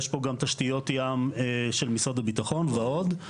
יש פה גם תשתיות ים של משרד הביטחון ועוד,